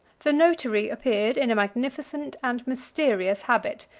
the notary appeared in a magnificent and mysterious habit,